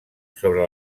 sobre